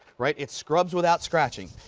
right, it scrubs without scratching.